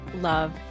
love